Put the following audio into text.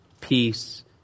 peace